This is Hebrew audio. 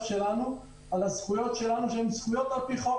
שלנו על הזכויות שלנו שהן על-פי חוק,